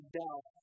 doubt